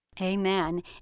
Amen